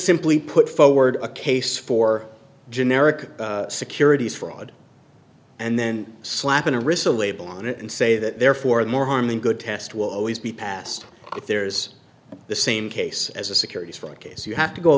simply put forward a case for generic securities fraud and then slapping a receipt label on it and say that therefore the more harm than good test will always be passed if there's the same case as a securities fraud case you have to go a